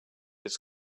his